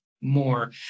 more